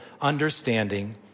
understanding